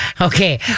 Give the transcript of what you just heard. Okay